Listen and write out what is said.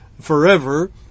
Forever